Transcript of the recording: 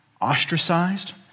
ostracized